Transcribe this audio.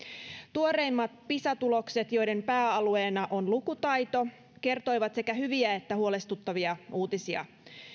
tuoreimmat pisa tulokset joiden pääalueena on lukutaito kertoivat sekä hyviä että huolestuttavia uutisia